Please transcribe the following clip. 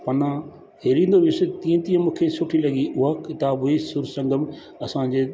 पन्ना हिरंदो वियुसि तीअं तीअं मूंखे सुठी लॻी उहा किताब हुई सुर संगम असांजे